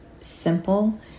simple